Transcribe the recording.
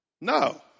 No